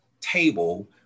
table